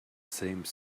same